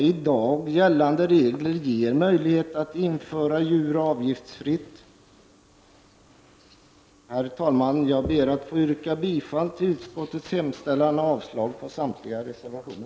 I dag gällande regler ger möjlighet att avgiftsfritt införa djur. Herr talman! Jag ber att få yrka bifall till utskottets hemställan och avslag på samtliga reservationer.